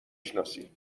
شناسی